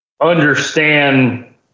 understand